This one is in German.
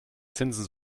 zinsen